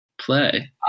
play